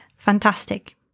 Fantastic